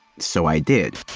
so i did!